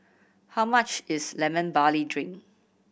how much is Lemon Barley Drink